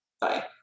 Bye